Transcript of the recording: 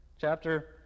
chapter